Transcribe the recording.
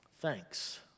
thanks